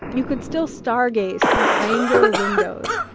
you could still star gaze through triangular windows,